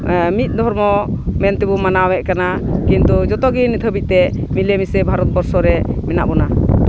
ᱢᱤᱫ ᱫᱷᱚᱨᱢᱚ ᱢᱮᱱ ᱛᱮᱵᱚᱱ ᱢᱟᱱᱟᱣᱮᱫ ᱠᱟᱱᱟ ᱠᱤᱱᱛᱩ ᱡᱚᱛᱚᱜᱮ ᱱᱤᱛ ᱫᱷᱟᱹᱵᱤᱡ ᱛᱮ ᱢᱤᱞᱮ ᱢᱤᱥᱮ ᱵᱷᱟᱨᱚᱛ ᱵᱚᱨᱥᱚ ᱨᱮ ᱢᱮᱱᱟᱜ ᱵᱚᱱᱟ